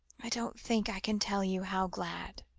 i don't think i can tell you how glad.